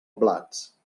blats